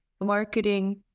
marketing